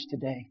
today